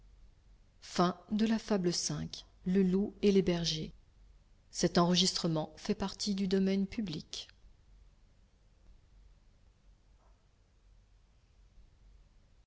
le loup et les bergers